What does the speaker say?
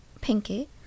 Pinky